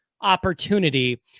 opportunity